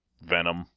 Venom